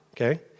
okay